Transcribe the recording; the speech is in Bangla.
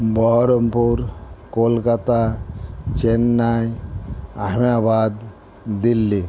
বহরমপুর কলকাতা চেন্নাই আহমেদাবাদ দিল্লি